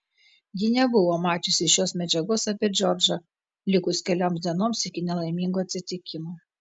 ji nebuvo mačiusi šios medžiagos apie džordžą likus kelioms dienoms iki nelaimingo atsitikimo